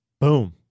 Boom